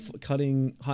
cutting